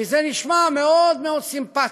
כי זה נשמע מאוד מאוד סימפתי.